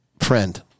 friend